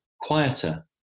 quieter